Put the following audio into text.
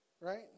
right